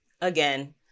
Again